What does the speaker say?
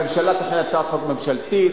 הממשלה תכין הצעת חוק ממשלתית,